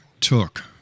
took